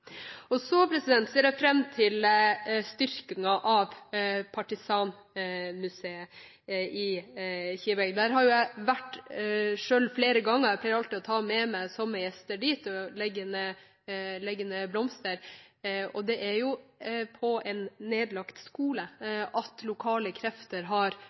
Så ser jeg fram til styrkingen av Partisanmuseet i Kiberg. Der har jeg vært selv flere ganger. Jeg pleier alltid å ta med meg sommergjester dit og legge ned blomster. På en nedlagt skole har lokale krefter lyktes i å samle sammen gjenstander og fortellinger for videreformidling. Det trengs virkelig et løft for at